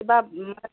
কিবা